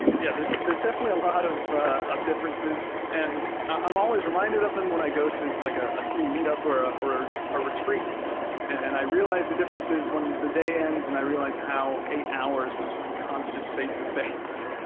yeah, there's defi nitely a lot of of differences. and i am always reminded of them when i go to like ah a team meet up or ah or ah a retreat and and i realize the differences when the day ends and i realize how eight hours of constant face-to-face